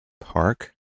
park